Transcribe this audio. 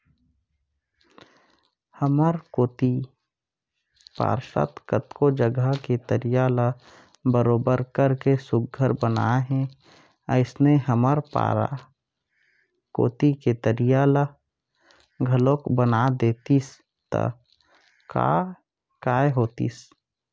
हमर कोती पार्षद कतको जघा के तरिया ल बरोबर कतेक सुग्घर बनाए हे अइसने हमर पारा कोती के तरिया ल घलौक बना देतिस त काय होतिस